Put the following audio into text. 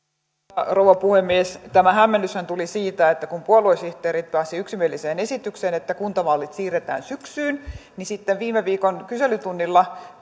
arvoisa rouva puhemies tämä hämmennyshän tuli siitä että kun puoluesihteerit pääsivät yksimieliseen esitykseen että kuntavaalit siirretään syksyyn niin sitten viime viikon kyselytunnilla